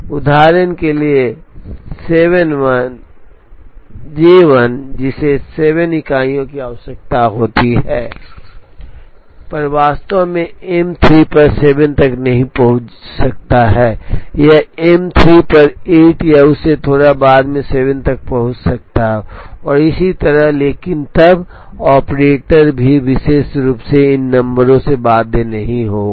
उदाहरण के लिए J 1 जिसे 7 इकाइयों की आवश्यकता होती है वह वास्तव में M 3 पर 7 तक नहीं पहुंच सकता है यह M 3 पर 8 या उससे थोड़ा बाद में 7 तक पहुंच सकता है और इसी तरह लेकिन तब ऑपरेटर भी विशेष रूप से इन नंबरों से बाध्य नहीं होगा